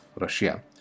Russia